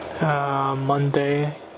Monday